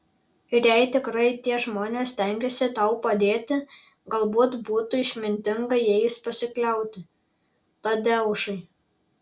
ir jei tikrai tie žmonės stengiasi tau padėti galbūt būtų išmintinga jais pasikliauti tadeušai